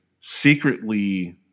secretly